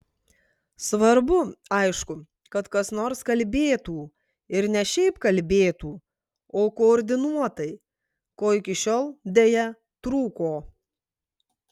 svarbu aišku kad kas nors kalbėtų ir ne šiaip kalbėtų o koordinuotai ko iki šiol deja trūko